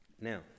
now